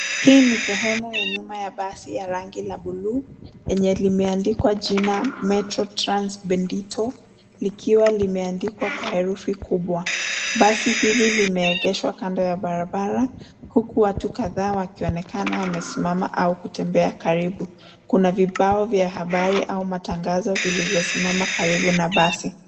Hii ni sehemu ya nyuma ya basi ya rangi la buluu, lenye limeandikwa jina Metro Trans Bendito likiwa limeandikwa kwa herufi kubwa. Basi hili limeegeshwa kando ya barabara huku watu kadhaa wakionekana wamesimama au kutembea karibu. Kuna vibao vya habari au matangazo vilivyosimama karibu na basi.